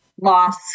loss